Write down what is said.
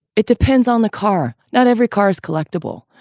it depends on the car. not every car is collectible.